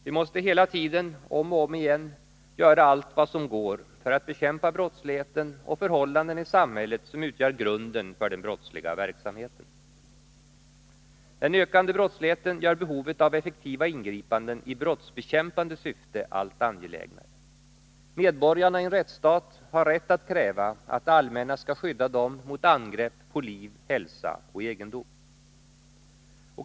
Vi måste hela tiden, om och om igen, göra allt vad som går för att bekämpa brottsligheten och förhållanden i samhället som utgör grunden för den brottsliga verksamheten. Den ökande brottsligheten gör behovet av effektiva ingripanden i brottsbekämpande syfte allt angelägnare. Medborgarna i en rättsstat har rätt att kräva att det allmänna skall skydda dem mot angrepp på liv, hälsa och egendom.